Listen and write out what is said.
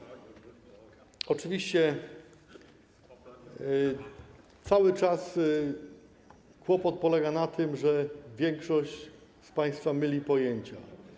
Oczywiście cały czas kłopot polega na tym, że większość z państwa myli pojęcia.